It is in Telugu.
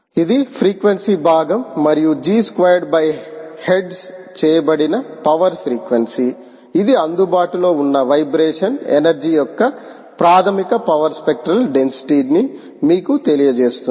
ఇది ఫ్రీక్వెన్సీ భాగం మరియు ఇది g స్క్వేర్డ్ బై హెర్ట్జ్ చేయబడిన పవర్ ఫ్రీక్వెన్సీ ఇది అందుబాటులో ఉన్న వైబ్రేషన్ ఎనర్జీ యొక్క ప్రాథమిక పవర్ స్పెక్ట్రల్ డెన్సిటీ ని మీకు తెలియజేస్తుంది